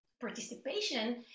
participation